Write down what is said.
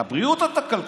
את הבריאות או את הכלכלה.